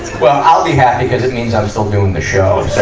well, i'll be happy cuz it means i'm still doing the shows.